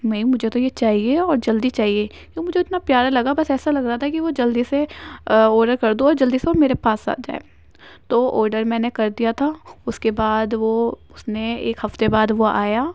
نہیں مجھے تو یہ چاہیے اور جلدی چاہیے تو مجھے اتنا پیارا لگا بس ایسا لگ رہا تھا کہ وہ جلدی سے آرڈر کر دوں اور جلدی سے وہ میرے پاس آ جائے تو وہ آڈر میں نے کر دیا تھا اس کے بعد وہ اس نے ایک ہفتہ بعد وہ آیا